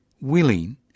willing